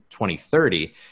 2030